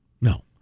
No